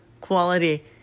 quality